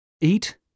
Eat